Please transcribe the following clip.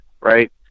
right